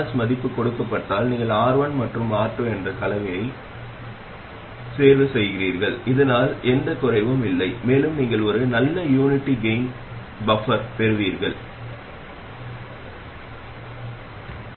எனவே டீஜெனெரேஷன் என்பது இதுதான் மேலும் இந்த சர்கியூட் மிகவும் பரவலாக அடிப்படை தொகுதியாகப் பயன்படுத்தப்படுகிறது